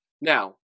Now